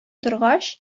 торгач